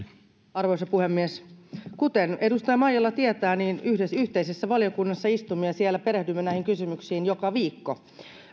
arvoisa puhemies kuten edustaja maijala tietää yhteisessä valiokunnassa istumme ja siellä perehdymme näihin kysymyksiin joka viikko